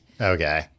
Okay